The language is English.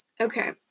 Okay